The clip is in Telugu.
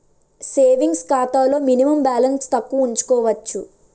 సేవింగ్స్ ఖాతాలో మినిమం బాలన్స్ తక్కువ ఉంచుకోవచ్చు